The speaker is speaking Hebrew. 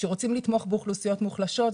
כשרוצים לתמוך באוכלוסיות מוחלשות,